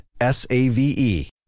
S-A-V-E